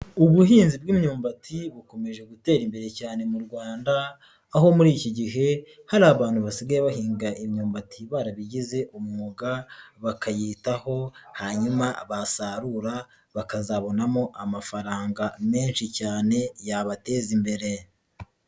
Ubuhinzi bw'imyumbati bukomeje gutera imbere cyane mu Rwanda, aho muri iki gihe hari abantu basigaye bahinga imyumbati barabigize umwuga bakayitaho hanyuma basarura bakazabonamo amafaranga menshi cyane yabateza imbere.